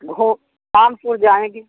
घो शाम को जाएँगी